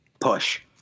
Push